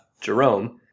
Jerome